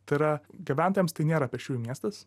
tai yra gyventojams tai nėra pėsčiųjų miestas